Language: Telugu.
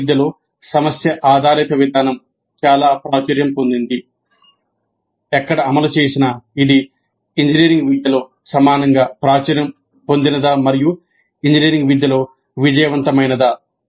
వైద్య విద్యలో సమస్య ఆధారిత విధానం చాలా ప్రాచుర్యం పొందింది ఇది ఇంజనీరింగ్ విద్యలో సమానంగా ప్రాచుర్యం పొందిన దా మరియు ఇంజనీరింగ్ విద్యలో విజయవంతమైందా